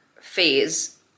phase